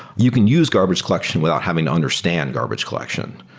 you can use garbage collection without having to understand garbage collection.